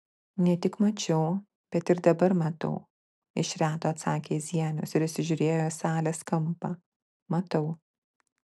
ne tik mačiau bet ir dabar matau iš reto atsakė zienius ir įsižiūrėjo į salės kampą matau